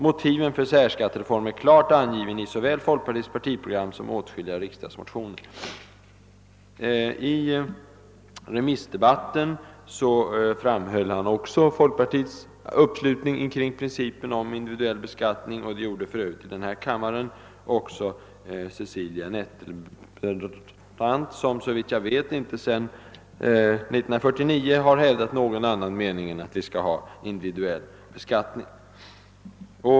Motiven för en särskattereform är klart angivna i såväl folkpartiets partiprogram som åtskilliga riksdagsmotioner.» I remissdebatten framhöll Gunnar Helén också folkpartiets uppslutning kring principen om individuell beskattning. Det gjorde för övrigt också i denna kammare Cecilia Nettelbrandt, som såvitt jag vet inte sedan 1949 har hävdat någon annan mening än att vi skall ha individuell beskattning.